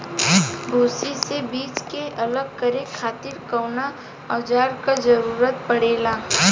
भूसी से बीज के अलग करे खातिर कउना औजार क जरूरत पड़ेला?